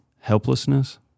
helplessness